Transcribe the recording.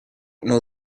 know